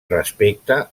respecte